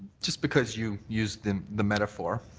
just because you used the the metaphor,